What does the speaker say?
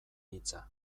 hitza